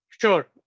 Sure